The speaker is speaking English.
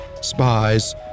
spies